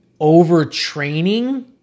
overtraining